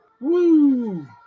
Woo